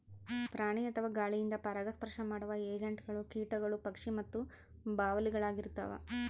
ಪ್ರಾಣಿ ಅಥವಾ ಗಾಳಿಯಿಂದ ಪರಾಗಸ್ಪರ್ಶ ಮಾಡುವ ಏಜೆಂಟ್ಗಳು ಕೀಟಗಳು ಪಕ್ಷಿ ಮತ್ತು ಬಾವಲಿಳಾಗಿರ್ತವ